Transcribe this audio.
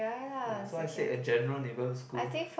ya so I said a general neighbourhood school